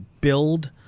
build